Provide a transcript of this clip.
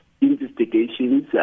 investigations